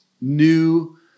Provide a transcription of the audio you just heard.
new